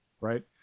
right